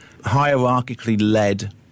hierarchically-led